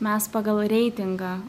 mes pagal reitingą